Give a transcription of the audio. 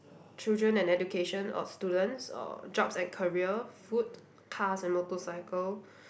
children and education or students or jobs and career food cars and motorcycle